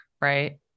right